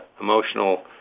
emotional